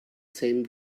same